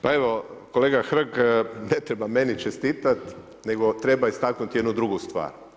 Pa evo kolega Hrg, ne treba meni čestitati nego treba istaknuti jednu drugu stvar.